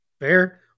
fair